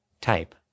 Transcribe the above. Type